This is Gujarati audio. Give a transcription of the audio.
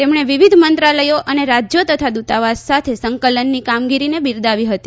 તેમણે વિવિધ મંત્રાલયે અને રાજયો તથા દૂતાવાસ સાથે સંકલનની કામગીરીને બીરદાવી હતી